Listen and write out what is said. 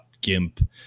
GIMP